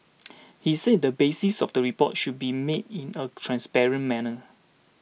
he said the basis of the report should be made in a transparent manner